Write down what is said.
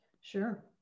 Sure